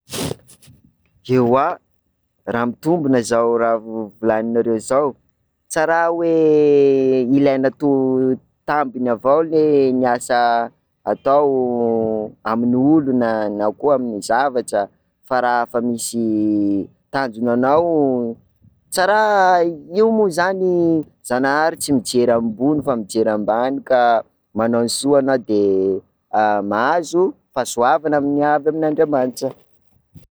Eoa, raha mitombina zao raha volaninareo zao, tsa raha hoe, ilaina to- tambiny avao ley ny asa atao amin'ny olona na koa amin'ny zavatra fa raha fa misy tanjonanao tsa raha, io moa zany Zanahary tsy mijery ambony fa mijery ambany, ka manao ny soa anao de mahazo fahasoavana amin- avy amin'Andriamanitra.